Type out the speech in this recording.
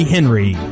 Henry